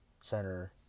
Center